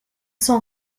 sont